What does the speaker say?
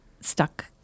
stuck